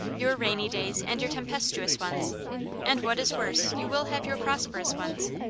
your rainy days and your teni pestuous ones and what is worse, you will have your prosperous ones.